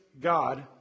God